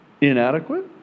inadequate